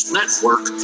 Network